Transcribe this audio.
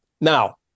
now